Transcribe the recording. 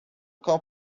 cão